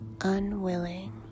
unwilling